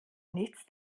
nichts